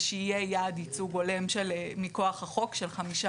שיהיה יעד ייצוג הולם מכוח החוק של חמישה